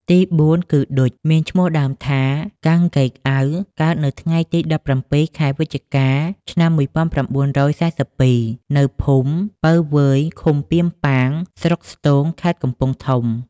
ទីបួនគឺ ឌុច មានឈ្មោះដើមថា កាំង ហ្កេកអ៊ាវ កើតនៅថ្ងៃទី១៧ ខែវិច្ឆិកា ឆ្នាំ១៩៤២ នៅភូមិពៅវើយ ឃុំពាមបាង ស្រុកស្ទោង ខេត្តកំពង់ធំ។